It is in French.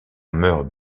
meurt